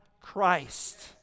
Christ